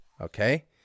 Okay